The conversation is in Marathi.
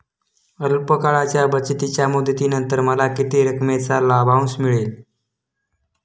अल्प काळाच्या बचतीच्या मुदतीनंतर मला किती रकमेचा लाभांश मिळेल?